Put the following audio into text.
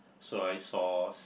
soya sauce